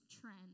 trend